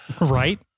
Right